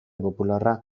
popularra